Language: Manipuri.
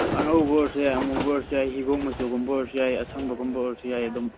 ꯑꯉꯧꯕ ꯑꯣꯏꯔꯁꯨ ꯌꯥꯏ ꯑꯃꯨꯕ ꯑꯣꯏꯔꯁꯨ ꯌꯥꯏ ꯍꯤꯒꯣꯛ ꯃꯆꯨꯒꯨꯝꯕ ꯑꯣꯏꯔꯁꯨ ꯌꯥꯏ ꯑꯁꯪꯕꯒꯨꯝꯕ ꯑꯣꯏꯔꯁꯨ ꯌꯥꯏ ꯑꯗꯨꯝ